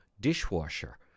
dishwasher